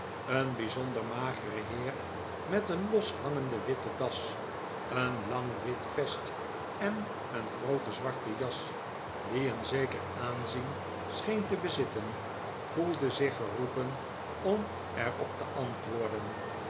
een bijzonder magere heer met een loshangende witte das een lang wit vest en een groote zwarte jas die een zeker aanzien scheen te bezitten voelde zich geroepen om er op te antwoorden